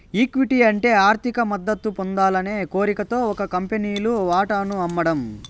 equity అంటే ఆర్థిక మద్దతు పొందాలనే కోరికతో ఒక కంపెనీలు వాటాను అమ్మడం